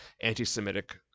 anti-Semitic